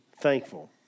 thankful